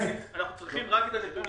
צריכים רק את הנתונים